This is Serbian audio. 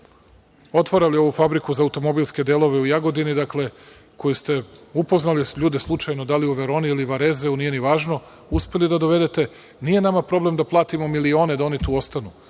otvarali ovu Fabriku za automobilske delove u Jagodini, dakle, koje ste upoznali ljude slučajno da li u Veroni ili Varezeu, nije ni važno, uspeli da dovedete. Nije nama problem da platimo milione da oni tu ostanu,